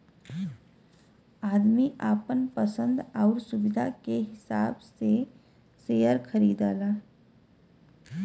आदमी आपन पसन्द आउर सुविधा के हिसाब से सेअर खरीदला